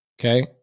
Okay